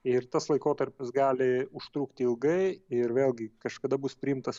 ir tas laikotarpis gali užtrukti ilgai ir vėlgi kažkada bus priimtas